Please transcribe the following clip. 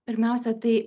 pirmiausia tai